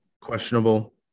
questionable